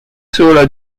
sola